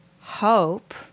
hope